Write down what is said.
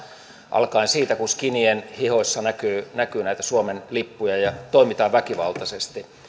alkaen siitä kun skinien hihoissa näkyy näkyy näitä suomen lippuja ja toimitaan väkivaltaisesti